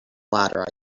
ladder